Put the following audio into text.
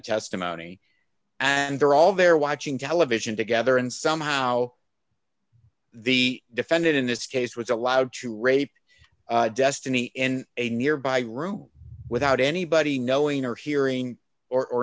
testimony and they're all there watching television together and somehow the defendant in this case was allowed to rape destiny in a nearby room without anybody knowing or hearing or